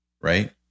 right